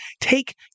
take